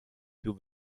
più